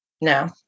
No